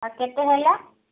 ଆଉ କେତେ ହେଲା